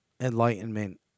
enlightenment